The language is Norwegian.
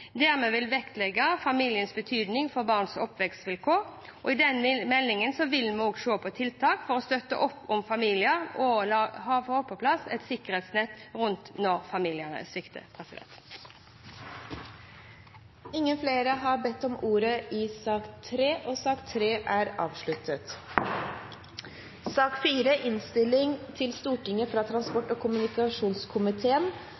der vi vil vektlegge familiens betydning for barns oppvekstvilkår. I denne meldingen vil vi også se på tiltak for å støtte opp om familien og få på plass et sikkerhetsnett rundt når familien svikter. Flere har ikke bedt om ordet til sak nr. 3. Jeg ønsker å fremme to forslag, som er omdelt. Grunnen til